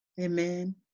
Amen